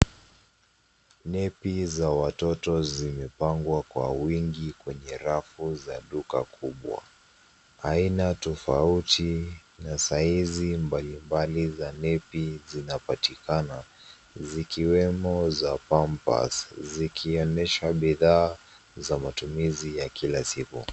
Nepi za watoto zimepangwa kwa wingi kwenye rafu za duka kubwa. Aina tofauti na saizi mbalimbali za nepi zinapatikana, zikiwemo za pampers , zikionyesha bidhaa za matumizi ya kila siku.